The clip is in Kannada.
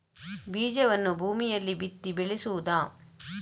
ಬೀಜವನ್ನು ಭೂಮಿಯಲ್ಲಿ ಬಿತ್ತಿ ಬೆಳೆಸುವುದಾ?